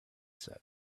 said